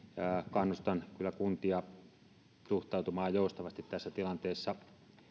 kannustan kyllä kuntia suhtautumaan joustavasti tässä tilanteessa